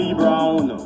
brown